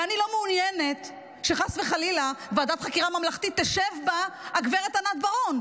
ואני לא מעוניינת שחס וחלילה בוועדת חקירה ממלכתית תשב הגברת ענת ברון,